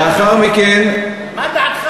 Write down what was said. לאחר מכן, מה דעתך?